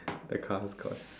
the car is gone